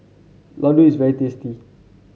Ladoo is very tasty